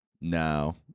No